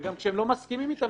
וגם כשהם לא מסכימים איתם,